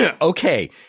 Okay